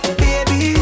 baby